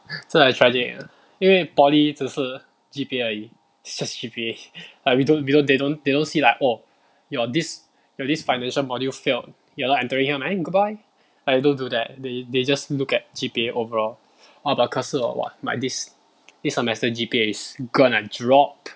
so like tragic leh 因为 poly 只是 G_P_A 而已 it's just G_P_A like we don't they don't they don't see like oh your this your this financial module failed you're not entering I mean goodbye like they don't do that they they just look at G_P_A overall oh but 可是 hor !wah! like this this semester G_P_A is gonna drop